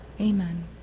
Amen